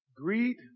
Greet